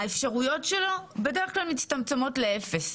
האפשרויות שלו בדרך כלל מצטמצמות לאפס.